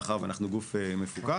מאחר ואנחנו גוף מפוקח,